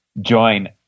join